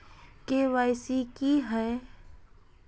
KYC की हिये है?